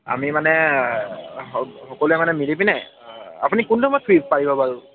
আমি মানে সকলোৱে মানে মিল পিনে আপুনি কোন সময়ত ফ্ৰী পাৰিব বাৰু